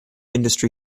industry